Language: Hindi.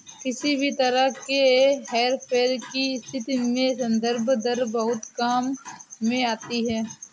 किसी भी तरह के हेरफेर की स्थिति में संदर्भ दर बहुत काम में आती है